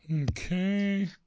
Okay